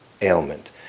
ailment